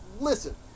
listen